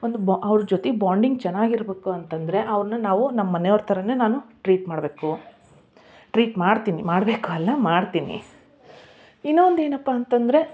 ಒಂದು ಬೋ ಅವ್ರ ಜೊತೆ ಬಾಂಡಿಂಗ್ ಚೆನ್ನಾಗಿರಬೇಕು ಅಂತ ಅಂದ್ರೆ ಅವ್ರನ್ನ ನಾವು ನಮ್ಮ ಮನೆಯವ್ರ ಥರನೇ ನಾನು ಟ್ರೀಟ್ ಮಾಡಬೇಕು ಟ್ರೀಟ್ ಮಾಡ್ತೀನಿ ಮಾಡಬೇಕು ಅಲ್ಲ ಮಾಡ್ತೀನಿ ಇನ್ನೊಂದು ಏನಪ್ಪ ಅಂತಂದ್ರೆ